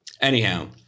Anyhow